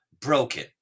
broken